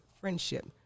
friendship